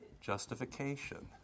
Justification